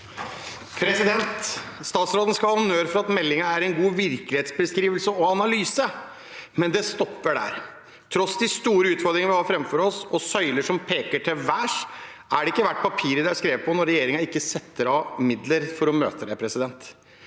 Statsråden skal ha honnør for at meldingen er en god virkelighetsbeskrivelse og analyse. Men det stopper der. Med de store utfordringer vi har framfor oss, og søyler som peker til værs, er den ikke verdt papiret den er skrevet på, når regjeringen ikke setter av midler for å møte dette.